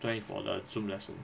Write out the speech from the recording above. join in for the Zoom lesson